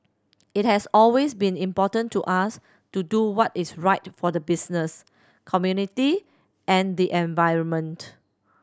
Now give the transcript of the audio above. it has always been important to us to do what is right for the business community and the environment